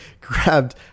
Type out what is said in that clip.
Grabbed